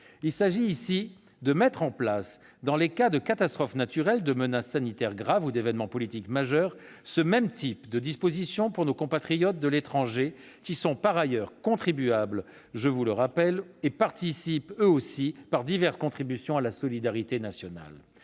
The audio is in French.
Il s'agit ici de mettre en place, dans les cas de catastrophe naturelle, de menace sanitaire grave ou d'événement politique majeur, ce même type de dispositions pour nos compatriotes de l'étranger, qui, je vous le rappelle, sont par ailleurs contribuables et participent eux aussi, par diverses contributions, à la solidarité nationale.